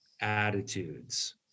attitudes